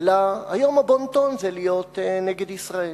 היום הבון-טון זה להיות נגד ישראל.